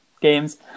games